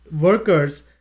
workers